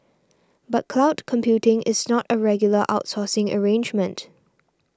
but cloud computing is not a regular outsourcing arrangement